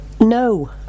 no